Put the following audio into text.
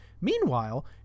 meanwhile